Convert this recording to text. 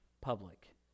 public